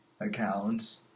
accounts